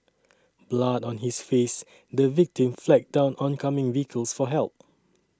blood on his face the victim flagged down oncoming vehicles for help